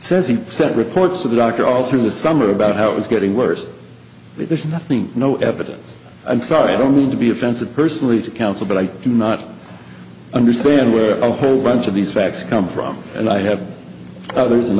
says he sent reports to the doctor all through the summer about how it was getting worse but there's nothing no evidence i'm sorry i don't mean to be offensive personally to counsel but i do not understand where a whole bunch of these facts come from and i have others and